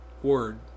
word